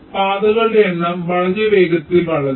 പാതകളുടെ എണ്ണം വളരെ വേഗത്തിൽ വളരും